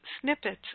snippets